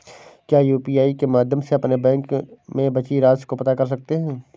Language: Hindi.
क्या यू.पी.आई के माध्यम से अपने बैंक में बची राशि को पता कर सकते हैं?